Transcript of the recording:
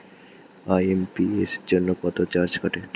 IMPS জন্য কত charge কাটে?